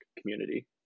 community